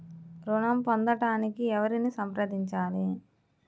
ఋణం పొందటానికి ఎవరిని సంప్రదించాలి?